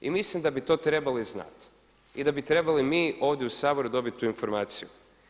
I mislim da bi to trebali znati i da bi trebali mi ovdje u Saboru dobiti tu informaciju.